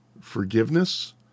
forgiveness